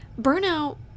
burnout